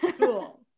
Cool